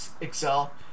Excel